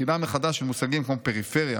בחינה מחדש של מושגים כמו פריפריה